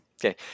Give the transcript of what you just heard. Okay